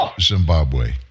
Zimbabwe